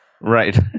Right